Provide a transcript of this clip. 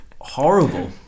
horrible